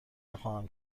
نخواهم